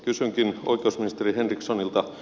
kysynkin oikeusministeri henrikssonilta